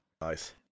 Nice